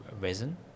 resin